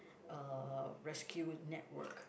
uh rescue network